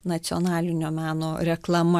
nacionalinio meno reklama